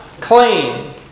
clean